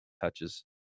touches